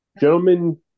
gentlemen